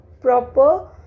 proper